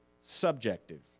subjective